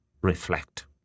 Reflect